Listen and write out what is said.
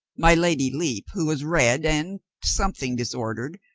my lady lepe, who was red and something disordered,